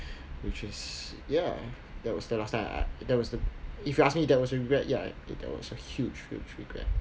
which is ya that was the last time I I there was the if you ask me that was a regret ya it that was a huge huge regret